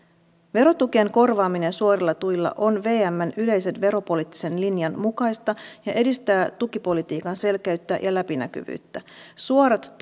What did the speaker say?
verotukien korvaaminen suorilla tuilla on vmn yleisen veropoliittisen linjan mukaista ja edistää tukipolitiikan selkeyttä ja läpinäkyvyyttä suorat